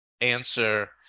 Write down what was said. answer